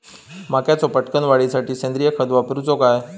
मक्याचो पटकन वाढीसाठी सेंद्रिय खत वापरूचो काय?